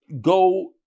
go